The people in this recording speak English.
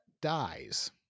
dies